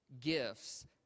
gifts